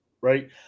right